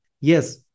Yes